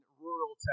rural